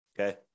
okay